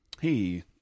Hey